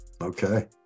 okay